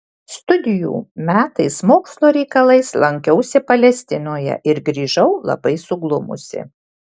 studijų metais mokslo reikalais lankiausi palestinoje ir grįžau labai suglumusi